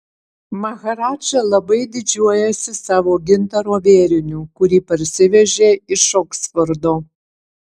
maharadža labai didžiuojasi savo gintaro vėriniu kurį parsivežė iš oksfordo